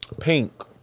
Pink